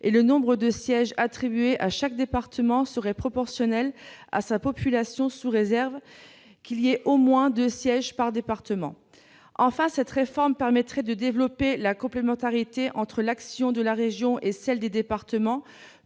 et le nombre de sièges attribués à chaque département serait proportionnel à sa population, sous réserve qu'il y ait au moins deux sièges par département. Enfin, cette réforme permettrait de développer la complémentarité entre l'action de la région et celle des départements,